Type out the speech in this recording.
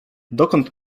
dokąd